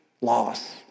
loss